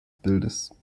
bildes